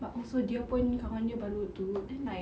but also dia pun kawan dia baru itu then like